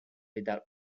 without